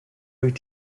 wyt